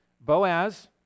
Boaz